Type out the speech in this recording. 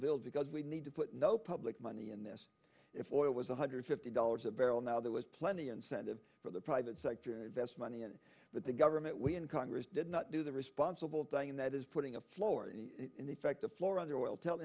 bills because we need to put no public money in this if oil was one hundred fifty dollars a barrel now there was plenty incentive for the private sector invest money but the government we in congress did not do the responsible thing and that is putting a floor and in effect a floor under oil tell